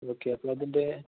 okay അപ്പോള് അതിന്റെ